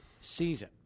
season